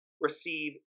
receive